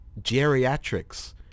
geriatrics